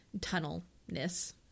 tunnel-ness